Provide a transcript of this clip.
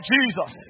Jesus